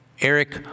Eric